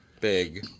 big